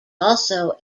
also